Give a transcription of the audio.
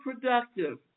productive